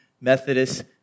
Methodist